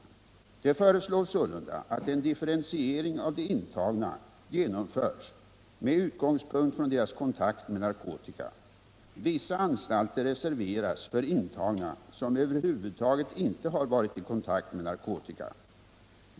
Det föreslås sålunda att en differentiering av de intagna genomförs med utgångspunkt 9 från deras kontakt med narkotika. Vissa anstalter reserveras för intagna som över huvud taget inte har varit i kontakt med narkotika.